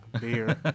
beer